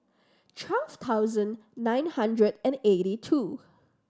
thousand nine hundred and eighty two